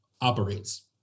operates